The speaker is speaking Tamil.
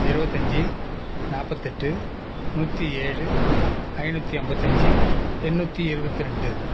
இருபத்தஞ்சி நாற்பத்தெட்டு நூற்றி ஏழு ஐநூற்றி ஐம்பத்தஞ்சு எண்ணூற்றி இருபத்தி ரெண்டு